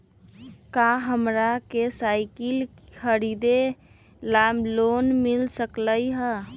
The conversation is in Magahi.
का हमरा के साईकिल खरीदे ला लोन मिल सकलई ह?